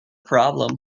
problem